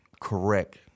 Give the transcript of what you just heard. correct